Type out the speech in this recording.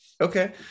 Okay